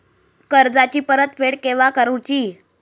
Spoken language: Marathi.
कर्जाची परत फेड केव्हा करुची?